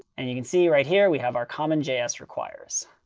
and you can see right here we have our common js requires.